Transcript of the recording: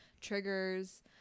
triggers